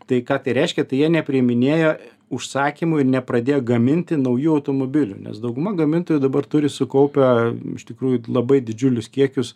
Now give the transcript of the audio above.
tai ką tai reiškia tai jie nepriiminėjo užsakymų ir nepradėjo gaminti naujų automobilių nes dauguma gamintojų dabar turi sukaupę iš tikrųjų labai didžiulius kiekius